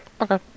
Okay